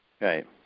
Right